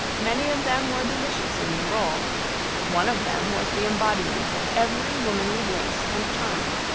many of them were delicious in the role one of them was the embodiment of every womanly grace and charm.